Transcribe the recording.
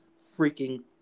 freaking